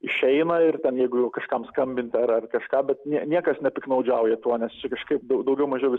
išeina ir ten jeigu kažkam skambint ar ar kažką bet nie niekas nepiktnaudžiauja tuo nes čia kažkaip dau daugiau mažiau